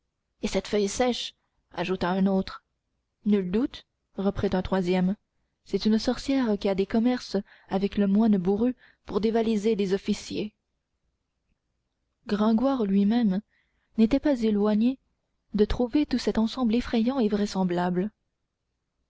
et cette feuille sèche ajouta un autre nul doute reprit un troisième c'est une sorcière qui a des commerces avec le moine bourru pour dévaliser les officiers gringoire lui-même n'était pas éloigné de trouver tout cet ensemble effrayant et vraisemblable